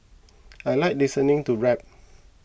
I like listening to rap